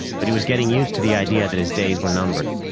but he was getting used to the idea that his days were numbered.